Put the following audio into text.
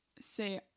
say